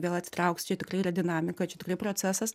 vėl atsitrauks čia tikrai yra dinamika čia tikrai procesas